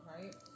right